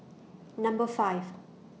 Number five